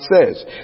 says